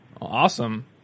Awesome